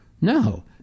No